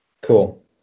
Cool